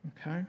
Okay